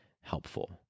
helpful